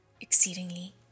exceedingly